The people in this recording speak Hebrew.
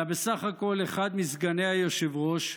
אלא בסך הכול אחד מסגני היושב-ראש,